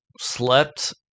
Slept